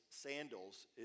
sandals